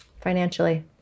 financially